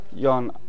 Jan